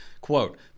Quote